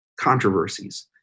controversies